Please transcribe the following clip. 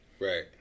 Right